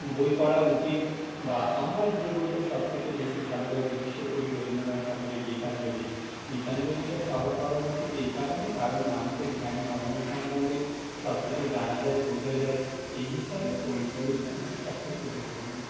বই পড়া উচিত বা আমার যে বইটা সবথেকে বেশি ভালো লাগে বিশ্বকবি রবীন্দ্রনাথ ঠাকুরের গীতাঞ্জলি গীতাঞ্জলিটা সবার পড়া উচিত এই কারণে কারণ মানুষের ধ্যান ধারণা সম্বন্ধে সবকিছু জানা যায় বোঝা যায় এই হিসাবে ওই বইটা আমার সবথেকে বেশি ভালো লাগেে